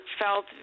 felt